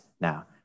now